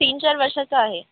तीन चार वर्षाचं आहे